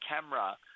camera